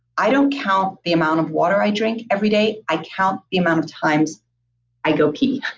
i don't count the amount of water i drink every day i count the amount of times i go pee.